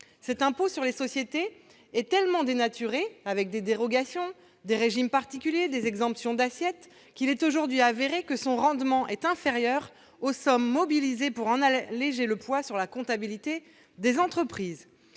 l'impôt sur les sociétés est tellement dénaturé par les dérogations, régimes particuliers et exemptions d'assiette qu'il est aujourd'hui avéré que son rendement est inférieur aux sommes mobilisées pour en alléger le poids sur la comptabilité des entreprises